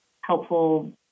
helpful